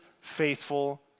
faithful